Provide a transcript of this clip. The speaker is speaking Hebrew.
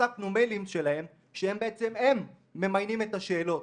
שחשפנו מיילים שלהם שבעצם הם ממיינים את השאלות